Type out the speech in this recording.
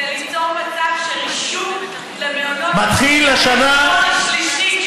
זה ליצור מצב שרישום למעונות לא מצריך תואר שלישי,